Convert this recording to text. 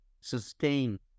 sustain